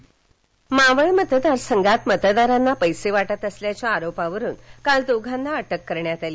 मतदारांना लाच मावळ मतदारसंघात मतदारांना पैसे वाटत असल्याच्या आरोपावरून काल दोघांना अटक करण्यात आली